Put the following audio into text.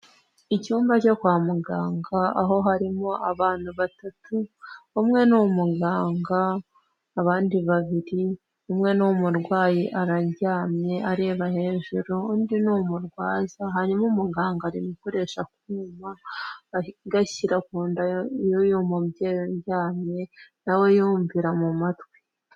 Icyumba cyo kwa muganga, aho harimo abantu batatu: umwe ni umuganga, abandi babiri, umwe ni umurwayi, araryamye areba hejuru, undi ni umurwaza. Hanyuma umuganga ari gukoresha akuma, ari kugashyira ku nda y'uyu mubyeyi uryamye, na we yumvira mu matwi.